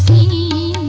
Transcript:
e